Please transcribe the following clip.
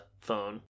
phone